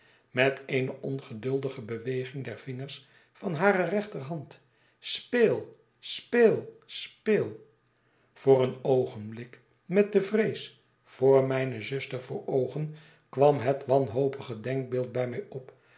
met eene ongeduldige beweging der vingers van hare rechterhand speel sped speel i voor een oogenblik met de vrees voor mijne zuster voor oogen kwam het wanhopige denkbeeld bij mij op